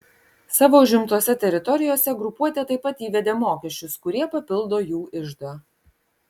savo užimtose teritorijose grupuotė taip pat įvedė mokesčius kurie papildo jų iždą